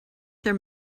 their